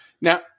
Now